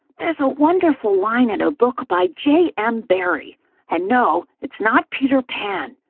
there's a wonderful line in a book by j. m. barrie and no, it's not peter pan,